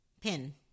Pin